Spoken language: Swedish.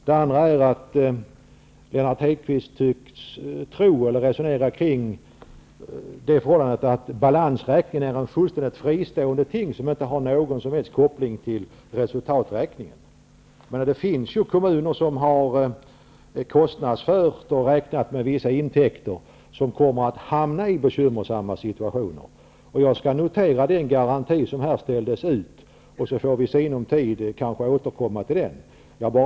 Det andra är att Lennart Hedquist tycks resonera kring det förhållandet att balansräkningen är ett fullständigt fristående ting, som inte har någon som helst koppling till resultaträkningen. Det finns kommuner som har kostnadsfört och räknat med vissa intäkter. De kommer att hamna i bekymmersamma situationer. Jag skall notera den garanti som här ställdes ut. Vi får kanske återkomma till den inom sinom tid.